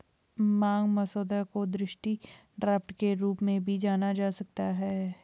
मांग मसौदा को दृष्टि ड्राफ्ट के रूप में भी जाना जाता है